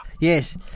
Yes